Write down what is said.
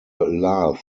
laugh